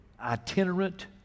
itinerant